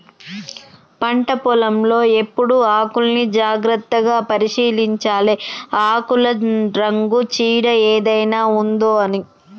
పంట పొలం లో ఎప్పుడు ఆకుల్ని జాగ్రత్తగా పరిశీలించాలె ఆకుల రంగు చీడ ఏదైనా ఉందొ అని